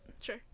Sure